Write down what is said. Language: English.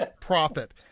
profit